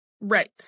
Right